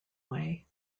way